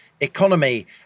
economy